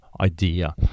idea